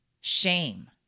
shame